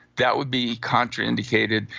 that would be contraindicated.